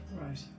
Right